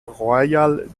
royal